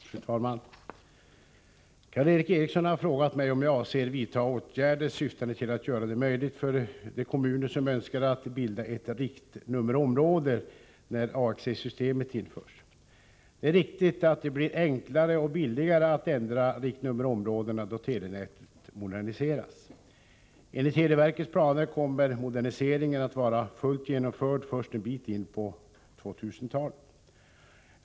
Fru talman! Karl Erik Eriksson har frågat mig om jag avser vidta åtgärder syftande till att göra det möjligt för de kommuner som önskar att bilda ett riktnummerområde när AXE-systemet införs. Det är riktigt att det blir enklare och billigare att ändra riktnummerområdena då telenätet moderniseras. Enligt televerkets planer kommer moderniseringen att vara fullt genomförd först en bit in på 2000-talet.